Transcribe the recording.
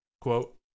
Quote